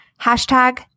Hashtag